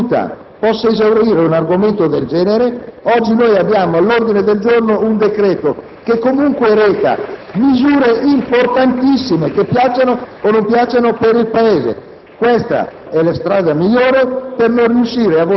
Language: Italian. Rivoluzione d'ottobre, io non credo che una seduta possa esaurire un argomento del genere. Oggi noi abbiamo all'ordine del giorno un decreto che comunque reca misure importantissime, che piacciano o non piacciano, per il Paese.